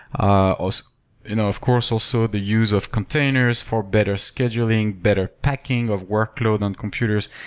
ah ah so you know of course, also, the use of containers for better scheduling, better packing of workload on computers.